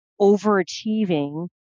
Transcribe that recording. overachieving